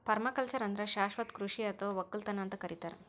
permaculture ಅಂದ್ರ ಶಾಶ್ವತ್ ಕೃಷಿ ಅಥವಾ ವಕ್ಕಲತನ್ ಅಂತ್ ಕರಿತಾರ್